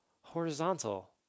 horizontal